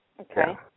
Okay